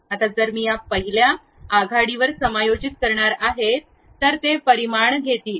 आता जर मी या पहिल्या आघाडीवर समायोजित करणार आहे तर हे परिमाण घेतील